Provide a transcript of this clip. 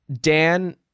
Dan